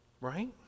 Right